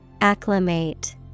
Acclimate